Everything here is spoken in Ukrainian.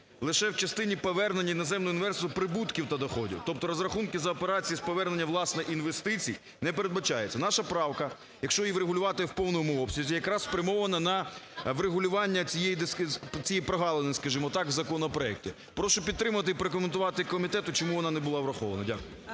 лише в частині повернення іноземному інвестору прибутків та доходів, тобто розрахунки за операції з повернення, власне, інвестицій не передбачається. Наша правка, якщо її врегулювати в повному обсязі, якраз спрямована на врегулювання цієї прогалини, скажімо так, в законопроекті. Прошу підтримати і прокоментувати комітету, чому вона не була врахована. Дякую.